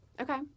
Okay